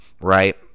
right